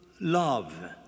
love